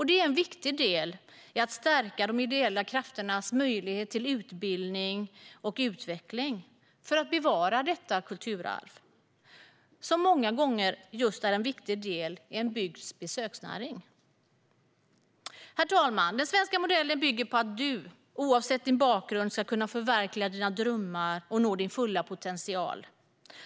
Det är en viktig del i att stärka de ideella krafternas möjlighet till utbildning och utveckling för att bevara detta kulturarv, som många gånger också är en viktig del i en bygds besöksnäring. Herr talman! Den svenska modellen bygger på att man oavsett bakgrund ska kunna förverkliga sina drömmar och nå sin fulla potential.